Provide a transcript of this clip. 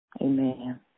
Amen